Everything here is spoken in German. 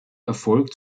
erfolg